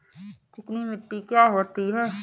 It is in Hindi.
चिकनी मिट्टी क्या होती है?